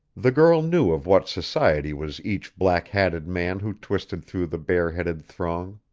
the girl knew of what society was each black-hatted man who twisted through the bareheaded throng